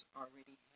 already